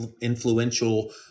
influential